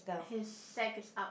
his sack is up